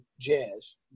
jazz